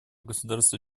государства